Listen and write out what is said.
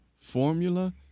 formula